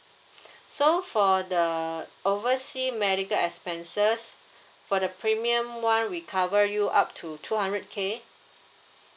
so for the oversea medical expenses for the premium [one] we cover you up to two hundred K